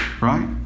right